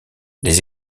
les